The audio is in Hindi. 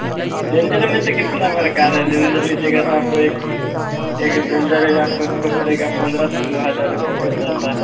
जी रेंजर में तो कितना फर्क आ रहा रेंजर लीजिएगा तो आपको एक क्या कहते रेंजर है आपको उसको पड़ेगा पंदरा सोलह हजार रुपए पड़ जाता है